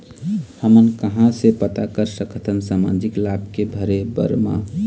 हमन कहां से पता कर सकथन सामाजिक लाभ के भरे बर मा?